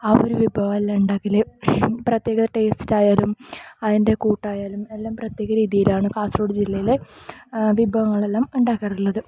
ആ ഒര് വിഭവം അല്ല ഉണ്ടാക്കല് പ്രത്യേക ടേസ്റ്റ് ആയാലും അതിൻ്റെ കൂട്ടായാലും എല്ലാം പ്രത്യേക രീതിലാണ് കാസർഗോഡ് ജില്ലയില് വിഭവങ്ങളെല്ലാം ഉണ്ടാക്കാറുള്ളത്